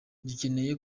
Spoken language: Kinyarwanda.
dukeneye